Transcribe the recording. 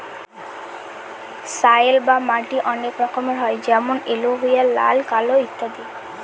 soil বা মাটি অনেক রকমের হয় যেমন এলুভিয়াল, লাল, কালো ইত্যাদি